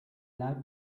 life